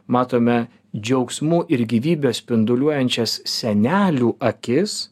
matome džiaugsmu ir gyvybę spinduliuojančias senelių akis